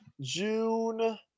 June